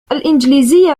الإنجليزية